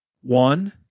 One